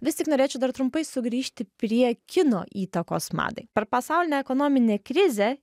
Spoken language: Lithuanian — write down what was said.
vis tik norėčiau dar trumpai sugrįžti prie kino įtakos madai per pasaulinę ekonominę krizę